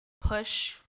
push